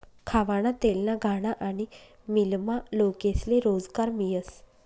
खावाना तेलना घाना आनी मीलमा लोकेस्ले रोजगार मियस